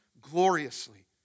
gloriously